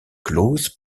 close